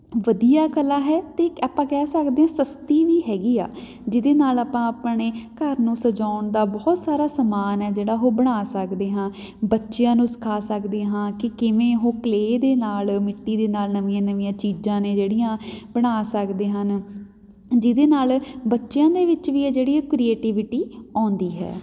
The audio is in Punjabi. ਵਧੀਆ ਕਲਾ ਹੈ ਅਤੇ ਆਪਾਂ ਕਹਿ ਸਕਦੇ ਹਾਂ ਸਸਤੀ ਵੀ ਹੈਗੀ ਆ ਜਿਹਦੇ ਨਾਲ ਆਪਾਂ ਆਪਣੇ ਘਰ ਨੂੰ ਸਜਾਉਣ ਦਾ ਬਹੁਤ ਸਾਰਾ ਸਮਾਨ ਹੈ ਜਿਹੜਾ ਉਹ ਬਣਾ ਸਕਦੇ ਹਾਂ ਬੱਚਿਆਂ ਨੂੰ ਸਿਖਾ ਸਕਦੇ ਹਾਂ ਕਿ ਕਿਵੇਂ ਉਹ ਕਲੇਅ ਦੇ ਨਾਲ ਮਿੱਟੀ ਦੇ ਨਾਲ ਨਵੀਆਂ ਨਵੀਆਂ ਚੀਜ਼ਾਂ ਨੇ ਜਿਹੜੀਆਂ ਬਣਾ ਸਕਦੇ ਹਨ ਜਿਹਦੇ ਨਾਲ ਬੱਚਿਆਂ ਦੇ ਵਿੱਚ ਵੀ ਆ ਜਿਹੜੀ ਕ੍ਰੀਏਟਿਵਿਟੀ ਆਉਂਦੀ ਹੈ